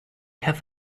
have